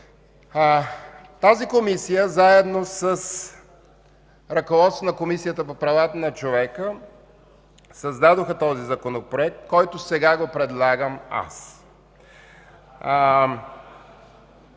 Тази Комисия заедно с ръководството на Комисията по правата на човека създадоха този Законопроект, който сега предлагам аз.